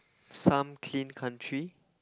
some clean country